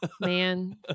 Man